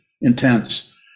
intense